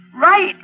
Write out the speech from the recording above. right